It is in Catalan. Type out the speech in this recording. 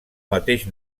mateix